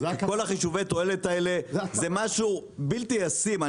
כי כל חישובי התועלת האלה זה משהו בלתי ישים.